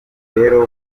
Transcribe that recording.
rero